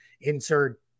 insert